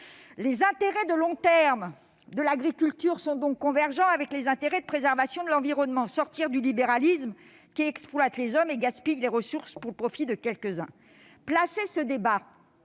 Les intérêts de long terme de l'agriculture sont donc convergents avec les intérêts de préservation de l'environnement : il faut sortir du libéralisme qui exploite les hommes et gaspille les ressources pour le profit de quelques-uns. Cela n'a